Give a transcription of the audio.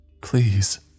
Please